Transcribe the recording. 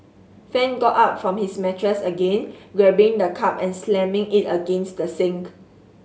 fan got up from his mattress again grabbing the cup and slamming it against the sink